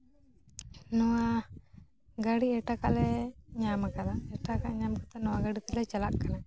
ᱱᱚᱣᱟ ᱜᱟᱹᱲᱤ ᱮᱴᱟᱜᱟᱜ ᱞᱮ ᱧᱟᱢᱟᱠᱟᱫᱟ ᱮᱴᱟᱜᱟᱜ ᱧᱟᱢ ᱠᱟᱛᱮ ᱱᱚᱣᱟ ᱜᱟᱹᱰᱤ ᱛᱮᱞᱮ ᱪᱟᱞᱟᱜ ᱠᱟᱱᱟ